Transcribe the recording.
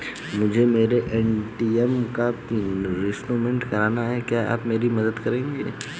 मुझे मेरे ए.टी.एम का पिन रीसेट कराना है क्या आप मेरी मदद करेंगे?